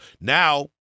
now